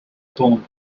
poem